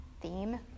theme